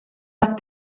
tat